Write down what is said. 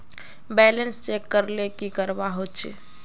Balance check करले की करवा होचे?